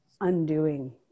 undoing